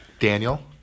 Daniel